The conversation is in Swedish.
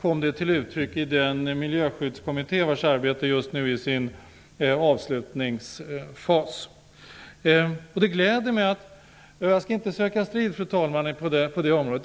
kom det också till uttryck i den miljöskyddskommitté vars arbete just nu är inne i sin avslutningsfas. Fru talman! Jag skall inte söka strid på det området.